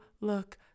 look